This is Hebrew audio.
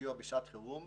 לסיוע בשעת חירום